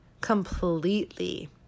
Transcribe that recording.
completely